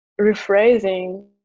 rephrasing